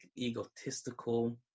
egotistical